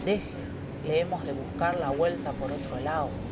deje le hemos de buscar la güelta por otro lao